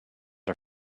are